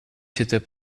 s’était